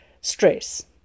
Stress